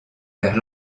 vers